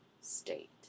state